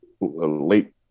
late